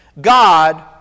God